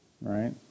Right